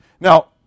Now